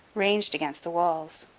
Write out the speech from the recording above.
ranged against the walls.